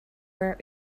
were